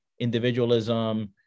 individualism